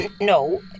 No